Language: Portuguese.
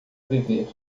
viver